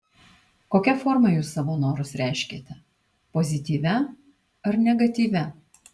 kokia forma jūs savo norus reiškiate pozityvia ar negatyvia